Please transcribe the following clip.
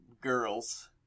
girls